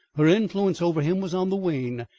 her influence over him was on the wane,